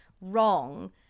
wrong